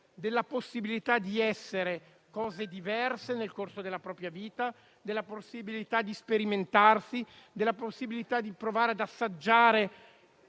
della possibilità di essere cose diverse nel corso della propria vita, della possibilità di sperimentarsi e di provare ad assaggiare